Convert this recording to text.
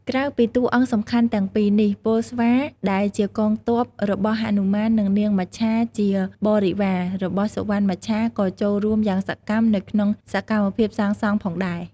ក្រៅពីតួអង្គសំខាន់ទាំងពីរនេះ ពលស្វា ដែលជាកងទ័ពរបស់ហនុមាន និង នាងមច្ឆាជាបរិវារ របស់សុវណ្ណមច្ឆាក៏ចូលរួមយ៉ាងសកម្មនៅក្នុងសកម្មភាពសាងសង់ផងដែរ។